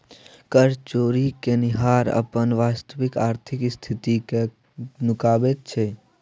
कर चोरि केनिहार अपन वास्तविक आर्थिक स्थिति कए नुकाबैत छै